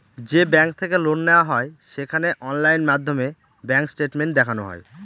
যে ব্যাঙ্ক থেকে লোন নেওয়া হয় সেখানে অনলাইন মাধ্যমে ব্যাঙ্ক স্টেটমেন্ট দেখানো হয়